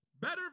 better